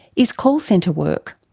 is call centre work.